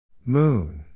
Moon